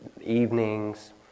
evenings